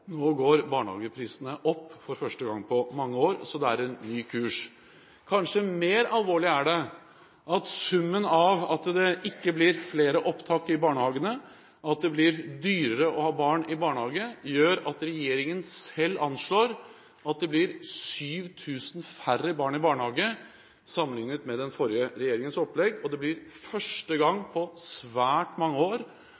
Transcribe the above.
Nå går barnehageprisene opp for første gang på mange år, så det er en ny kurs. Mer alvorlig er det kanskje at summen av at det ikke blir flere opptak i barnehagene, og av at det blir dyrere å ha barn i barnehage, er at regjeringen selv anslår at det blir 7 000 færre barn i barnehage sammenlignet med den forrige regjeringens opplegg, og at antallet barn i barnehage, for første gang